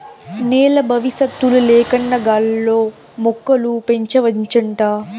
నేల బవిసత్తుల లేకన్నా గాల్లో మొక్కలు పెంచవచ్చంట